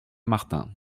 martin